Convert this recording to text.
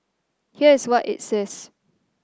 here is what it says